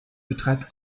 betreibt